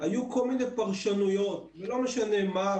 היו כל מיני פרשנויות ולא משנה מה,